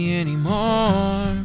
anymore